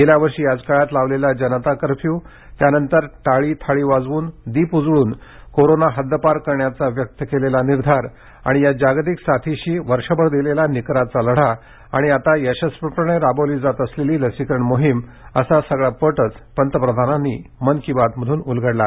गेल्या वर्षी याच काळात लावलेला जनता कर्फ्यू त्यानंतर टाळी थाळी वाजवून दीप उजळून कोरोना हद्दपार करण्याचा व्यक्त केलेला निर्धार या जागतिक साथीशी वर्षभर दिलेला निकराचा लढा आणि आता यशस्वीपणे राबवली जात असलेली लसीकरण मोहीम असा सगळा पटचं पंतप्रधानांनी उलगडला